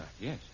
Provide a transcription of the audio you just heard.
Yes